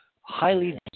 highly